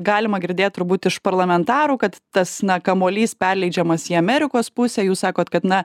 galima girdėt turbūt iš parlamentarų kad tas na kamuolys perleidžiamas į amerikos pusę jūs sakot kad na